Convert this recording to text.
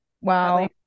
wow